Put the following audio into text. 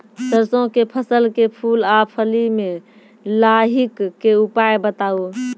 सरसों के फसल के फूल आ फली मे लाहीक के उपाय बताऊ?